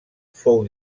fou